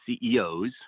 CEOs